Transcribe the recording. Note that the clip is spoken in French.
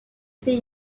pays